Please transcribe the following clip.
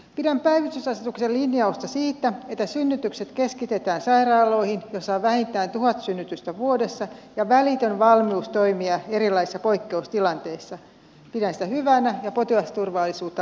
pidän päivystysasetuksen linjausta siitä että synnytykset keskitetään sairaaloihin joissa on vähintään tuhat synnytystä vuodessa ja välitön valmius toimia erilaisissa poikkeustilanteissa hyvänä ja potilasturvallisuutta lisäävänä